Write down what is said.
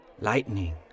Lightning